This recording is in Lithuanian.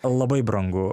labai brangu